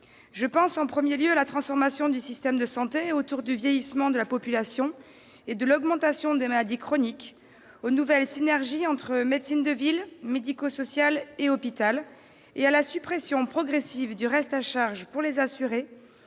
Je pense en particulier à la transformation du système de santé autour du vieillissement de la population et de l'augmentation des maladies chroniques, aux nouvelles synergies entre médecine de ville, secteur médico-social et hôpital et à la suppression progressive du reste à charge pour les assurés